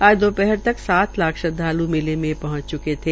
आज दोपहर तक सात लाख श्रदवालू मेले मे पहंच चूके थे